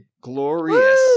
Glorious